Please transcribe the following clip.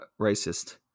racist